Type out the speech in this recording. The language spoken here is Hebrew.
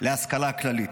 להשכלה כללית: